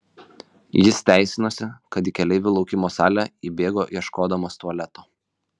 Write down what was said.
jis teisinosi kad į keleivių laukimo salę įbėgo ieškodamas tualeto